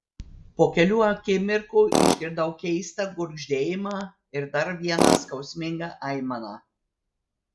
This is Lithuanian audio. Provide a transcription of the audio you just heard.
po kelių akimirkų išgirdau keistą gurgždėjimą ir dar vieną skausmingą aimaną